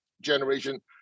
generation